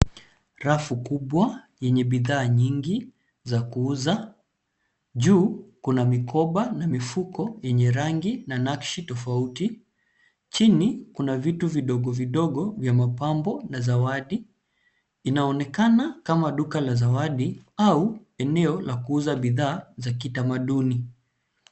Rafu kubwa yenye bidhaa nyingi za kuuza. Juu kuna mikoba na mifuko yenye rangi, na nakshi tofauti chini kuna vitu vidogovidogo vya mapambo na zawadi. Inaonekana kama duka la zawadi au eneo la kuuza bidhaa za kitamaduni.